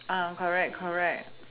correct correct